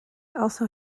also